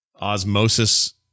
Osmosis